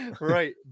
Right